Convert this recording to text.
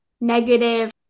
negative